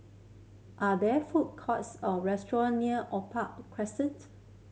are there food courts or restaurant near Opal Crescent